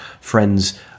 friends